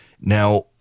now